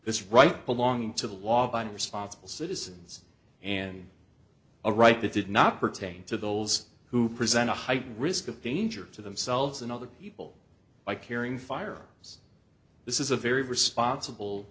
this right belong to the law abiding responsible citizens and a right that did not pertain to those who present a high risk of danger to themselves and other people by carrying firearms this is a very responsible